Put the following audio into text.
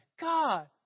God